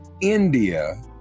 India